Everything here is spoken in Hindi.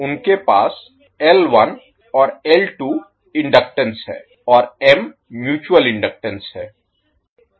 उनके पास और इनडक्टेंस हैं और M म्यूच्यूअल इनडक्टेंस है